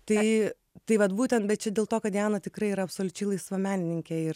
tai tai vat būtent bet čia dėl to kad jana tikrai yra absoliučiai laisva menininkė ir